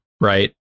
right